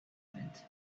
meant